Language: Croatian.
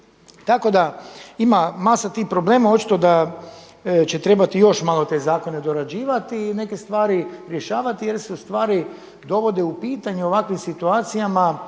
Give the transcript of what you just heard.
Tako da ima masa tih problema, očito da će trebati još malo te zakone dorađivati i neke stvari rješavati jer se ustvari dovode u pitanje ovakve situacijama